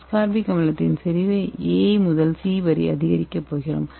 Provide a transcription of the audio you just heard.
ascorbic அமிலத்தின் செறிவை A முதல் சி வரை அதிகரிக்கப் போகிறோம்